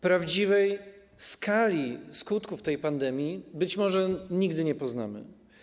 Prawdziwej skali skutków tej pandemii być może nigdy nie poznamy.